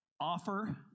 Offer